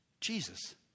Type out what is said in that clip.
Jesus